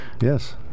Yes